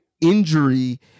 injury